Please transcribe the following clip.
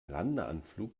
landeanflug